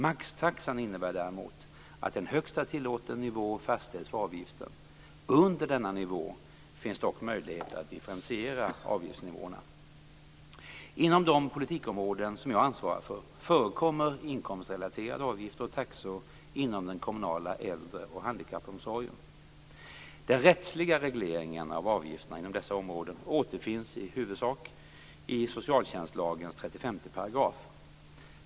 Maxtaxan innebär däremot att en högsta tillåten nivå fastställs för avgiften. Under denna nivå finns dock möjligheter att differentiera avgiftsnivåerna. Inom de politikområden som jag ansvarar för förekommer inkomstrelaterade avgifter och taxor inom den kommunala äldre och handikappomsorgen. Den rättsliga regleringen av avgifterna inom dessa områden återfinns huvudsakligen i socialtjänstlagen 35 §.